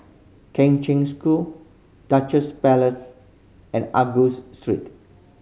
Kheng Cheng School Duchess Palace and Angus Street